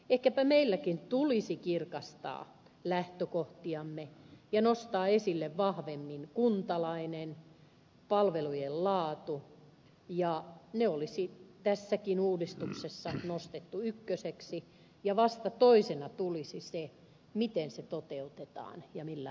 ehkäpä meilläkin tulisi kirkastaa lähtökohtiamme ja nostaa esille vahvemmin kuntalainen palvelujen laatu ja ne tässäkin uudistuksessa nostettaisiin ykköseksi ja vasta toisena tulisi se miten se toteutetaan ja millä rakenteilla